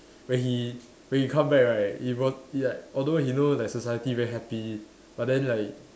when he when he come back right he he like although he know like society very happy but then like